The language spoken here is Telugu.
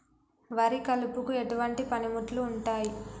వరి కలుపుకు ఎటువంటి పనిముట్లు ఉంటాయి?